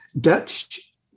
Dutch